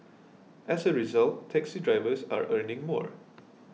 as a result taxi drivers are earning more